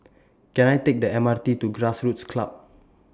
Can I Take The M R T to Grassroots Club